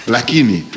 Lakini